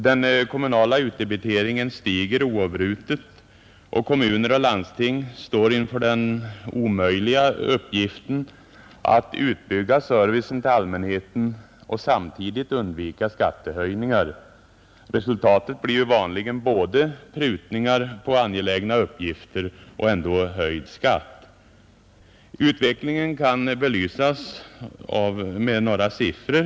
Den kommunala utdebiteringen stiger oavbrutet och kommuner och landsting står inför den omöjliga uppgiften att utbygga servicen till allmänheten och samtidigt undvika skattehöjningar. Resultatet blir vanligen både prutningar på angelägna uppgifter och ändå höjd skatt. Utvecklingen kan belysas med några siffror.